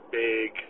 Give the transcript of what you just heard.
big